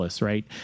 right